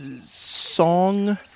song